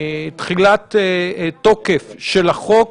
תחילת תוקף של החוק,